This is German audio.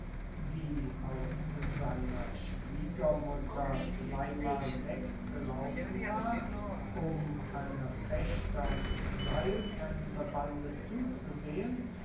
die aus seiner schwiegermutter zweimal weggelaufen war um einer fechter und seiltänzerbande zuzusehen